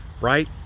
right